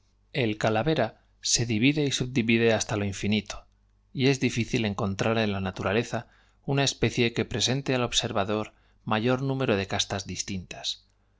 r a se divide y subdivide hasta lo siempre están ocupadas ó empaqueta el cigarro infinito y es difícil encontrar en la naturaleza ó saca la navaja ó tercia la capa ó se cala el una especie que presente al observador mayor chapeo ó se aprieta la faja ó vibra el garrote número de castas distintas